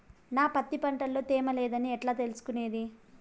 నా పత్తి పంట లో తేమ లేదని ఎట్లా తెలుసుకునేది?